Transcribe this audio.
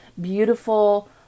beautiful